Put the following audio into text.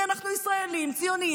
כי אנחנו ישראלים ציונים,